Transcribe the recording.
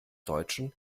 deutschen